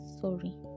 sorry